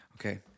Okay